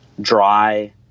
dry